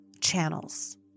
channels